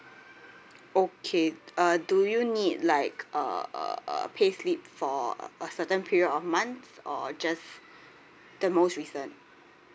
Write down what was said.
okay uh do you need like uh uh uh payslip for a certain period of month or just the most recent